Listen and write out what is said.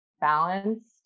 balanced